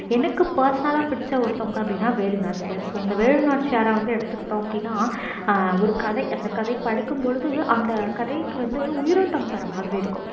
எனக்கு பர்சனலாக பிடித்த ஒருத்தவங்க அப்படின்னா வேலுநாச்சியார் ஸோ அந்த வேலுநாச்சியாரை வந்து எடுத்துகிட்டோம் அப்படின்னா ஒரு கதை அந்த கதை படிக்கும்பொழுது அந்த கதைக்கு வந்து உயிரோட்டம் தர்றமாதிரி இருக்கும்